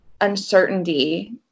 uncertainty